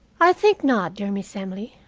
i think not, dear miss emily,